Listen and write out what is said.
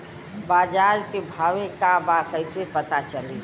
बाजार के भाव का बा कईसे पता चली?